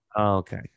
Okay